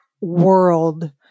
world